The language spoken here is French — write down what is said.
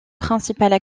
principales